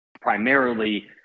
primarily